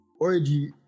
already